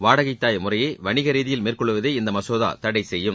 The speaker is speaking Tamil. வாடகைத் தாய் முறையை வணிக ரீதியில் மேற்கொள்வதை இந்த மசோதா தடை செய்யும்